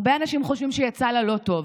הרבה אנשים חושבים שיצא לה לא טוב.